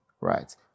right